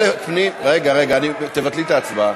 או לפנים, רגע, תבטלי את ההצבעה.